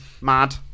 mad